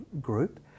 group